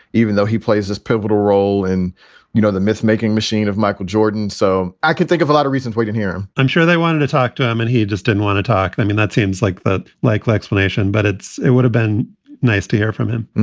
even though he plays his pivotal role in you know the mythmaking machine of michael jordan. so i can think of a lot of reasons we can hear him i'm sure they wanted to talk to him and he just didn't want to talk. i mean, that seems like the likely explanation, but it's it would have been nice to hear from him